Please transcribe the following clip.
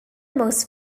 most